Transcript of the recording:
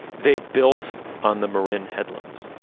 they built on the marin headlands